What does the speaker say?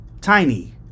tiny